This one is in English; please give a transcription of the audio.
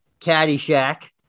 Caddyshack